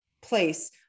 place